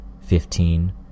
fifteen